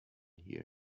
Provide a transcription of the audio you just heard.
here